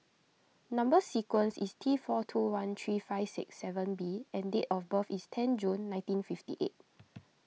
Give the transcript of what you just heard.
Number Sequence is T four two one three five six seven B and date of birth is ten June nineteen fifty eight